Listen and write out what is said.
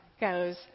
goes